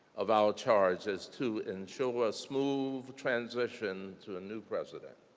of our charge is to ensure a smooth transition to a new president.